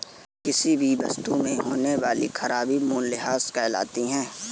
किसी वस्तु में होने वाली खराबी मूल्यह्रास कहलाती है